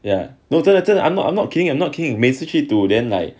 ya 真的真的 I'm not kidding I'm not kidding 每次去赌 then like